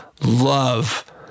love